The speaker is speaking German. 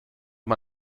man